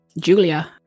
Julia